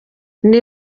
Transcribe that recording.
ndi